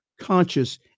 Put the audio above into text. conscious